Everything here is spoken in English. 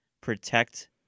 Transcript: protect